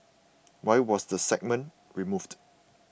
why was the segment removed